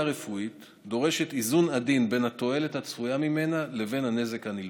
רפואית דורשת איזון עדין בין התועלת הצפויה ממנה לבין הנזק הנלווה.